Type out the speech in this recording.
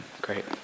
Great